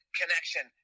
connection